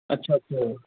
ਅੱਛਾ ਅੱਛਾ